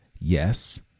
yes